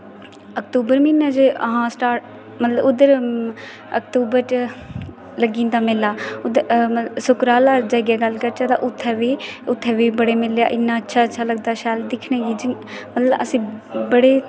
अक्तूबर म्हीने च हां स्टार्ट मतलब उद्धर अक्तूबर च लग्गी जंदा मेला उद्धर मतलब सुकराला जाइयै अग्गें गल्ल करचै ते उत्थें बी उत्थें बी बड़े मेले इन्ना अच्छा अच्छा लगदा शैल दिक्खने गी मतलब अस बड़े